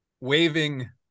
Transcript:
Waving